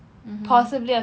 mmhmm